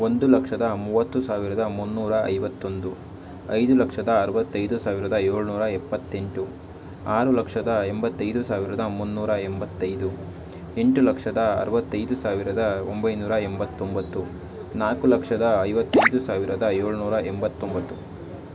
ಒಂದು ಲಕ್ಷದ ಮೂವತ್ತು ಸಾವಿರದ ಮುನ್ನೂರ ಐವತ್ತೊಂದು ಐದು ಲಕ್ಷದ ಅರವತ್ತೈದು ಸಾವಿರದ ಏಳುನೂರ ಎಪ್ಪತ್ತೆಂಟು ಆರು ಲಕ್ಷದ ಎಂಬತ್ತೈದು ಸಾವಿರದ ಮುನ್ನೂರ ಎಂಬತ್ತೈದು ಎಂಟು ಲಕ್ಷದ ಅರವತ್ತೈದು ಸಾವಿರದ ಒಂಬೈನೂರ ಎಂಬತ್ತೊಂಬತ್ತು ನಾಲ್ಕು ಲಕ್ಷದ ಐವತ್ತೈದು ಸಾವಿರದ ಏಳುನೂರ ಎಂಬತ್ತೊಂಬತ್ತು